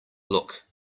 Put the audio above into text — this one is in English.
look